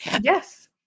yes